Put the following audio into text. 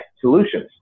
solutions